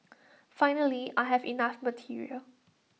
finally I have enough material